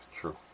True